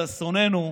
לאסוננו,